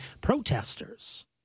protesters